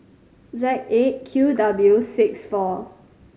Z Eight Q W six four